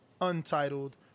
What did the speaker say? untitled